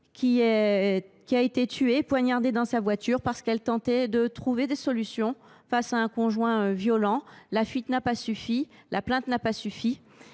qui a été tuée, poignardée dans sa voiture, parce qu’elle tentait de trouver des solutions face à un conjoint violent. Dans le cas de Chloé, la plainte et la fuite